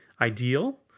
ideal